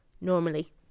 normally